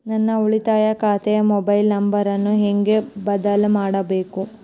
ನನ್ನ ಉಳಿತಾಯ ಖಾತೆ ಮೊಬೈಲ್ ನಂಬರನ್ನು ಹೆಂಗ ಬದಲಿ ಮಾಡಬೇಕು?